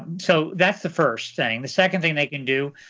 so that's the first thing. the second thing they can do,